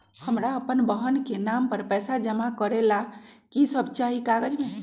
हमरा अपन बहन के नाम पर पैसा जमा करे ला कि सब चाहि कागज मे?